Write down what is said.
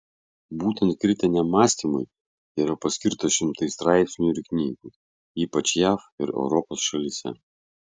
būtent kritiniam mąstymui yra paskirta šimtai straipsnių ir knygų ypač jav ir europos šalyse